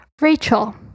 rachel